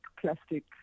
plastic